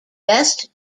best